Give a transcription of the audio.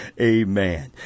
Amen